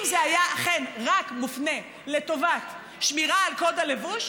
אם זה היה אכן רק מופנה לטובת שמירה על קוד הלבוש,